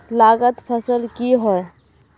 लागत फसल की होय?